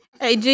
Hey